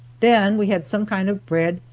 then we had some kind of bread,